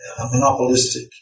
monopolistic